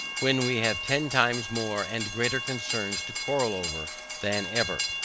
when we have ten times more and greater concerns to quarrel over than ever?